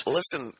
Listen